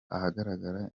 ahagaragara